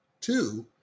Two